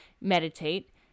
meditate